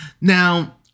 Now